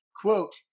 quote